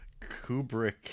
Kubrick